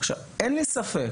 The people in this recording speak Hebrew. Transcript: אין לי ספק,